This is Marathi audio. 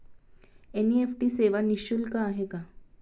एन.इ.एफ.टी सेवा निःशुल्क आहे का?